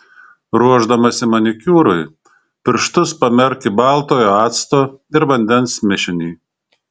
ruošdamasi manikiūrui pirštus pamerk į baltojo acto ir vandens mišinį